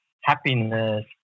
happiness